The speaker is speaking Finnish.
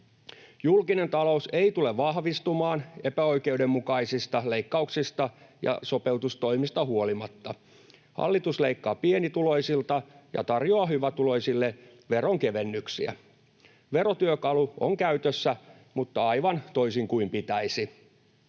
Julkinen talous ei tule vahvistumaan epäoikeudenmukaisista leikkauksista ja sopeutustoimista huolimatta. Hallitus leikkaa pienituloisilta ja tarjoaa hyvätuloisille veronkevennyksiä. Verotyökalu on käytössä, mutta aivan toisin kuin pitäisi.